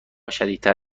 شدیدتر